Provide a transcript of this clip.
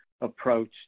approach